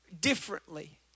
differently